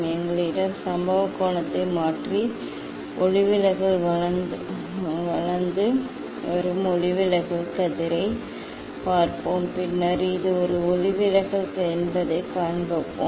எங்களிடம் சம்பவ கோணத்தை மாற்றி ஒளிவிலகல் வளர்ந்து வரும் ஒளிவிலகல் கதிர்களைப் பார்ப்போம் பின்னர் இது விலகல் என்பதைக் காண்போம்